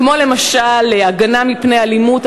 כמו למשל הגנה מפני אלימות,